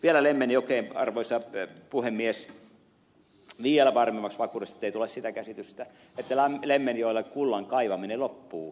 vielä lemmenjokeen arvoisa puhemies varmemmaksi vakuudeksi ettei tule sitä käsitystä että lemmenjoella kullan kaivaminen loppuu